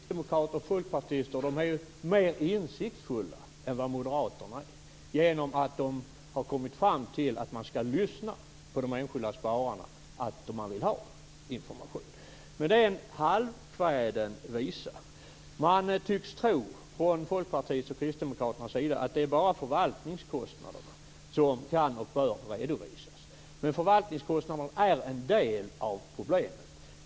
Fru talman! Kristdemokrater och folkpartister är mer insiktsfulla än moderaterna genom att de har kommit fram till att man skall lyssna på de enskilda spararna när de vill ha information. Men det är en halvkväden visa. Man tycks från Folkpartiets och Kristdemokraternas sida tro att det bara är förvaltningskostnaderna som kan och bör redovisas. Men förvaltningskostnaderna är en del av problemet.